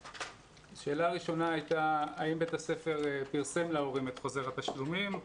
שאלה ראשונה הייתה: האם בית הספר פרסם להורים את חוזר התשלומים?